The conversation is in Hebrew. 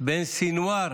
בין סנוואר